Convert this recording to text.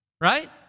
right